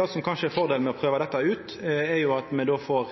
Det som kanskje er fordelen med å prøva dette ut, er at me då får